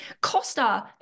Costa